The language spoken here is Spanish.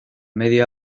media